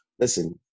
listen